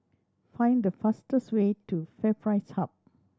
find the fastest way to FairPrice Hub